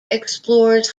explores